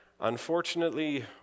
unfortunately